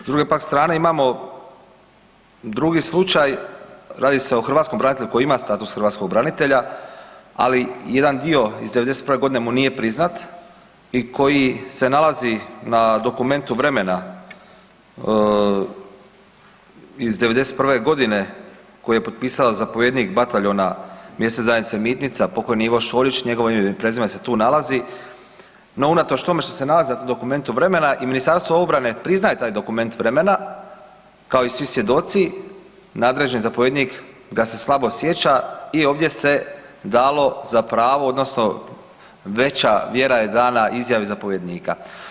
S druge pak strane imamo drugi slučaj radi se o Hrvatskom branitelju koji ima status branitelja ali jedan dio iz 91. godine mu nije priznat i koji se nalazi na dokumentu vremena iz 91. godine koji je potpisao zapovjednika bataljona Mjesne zajednice Mitnica pokojni Ivo Šoljić, njegovo ime i prezime se tu nalazi, no unatoč tome što se nalazi na dokumentu vremena i Ministarstvo obrane priznaje taj dokument vremena kao i svi svjedoci nadređeni zapovjednik ga se slabo sjeća i ovdje se dalo za pravo odnosno veća vjera je dana izjavi zapovjednika.